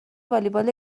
والیبال